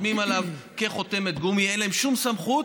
חותמים עליה כחותמת גומי, ואין להם שום סמכות.